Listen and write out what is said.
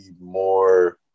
more